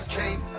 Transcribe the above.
came